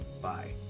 Bye